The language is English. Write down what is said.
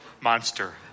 monster